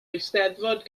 eisteddfod